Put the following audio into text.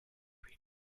recap